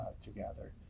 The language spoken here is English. together